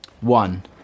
One